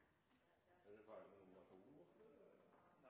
Der tar de